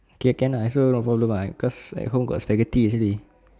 okay can lah I also no problem ah because at home got spaghetti actually